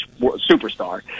superstar